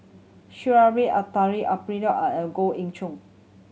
Sha'ari a Eleuterio and Goh Ee Choo